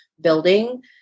building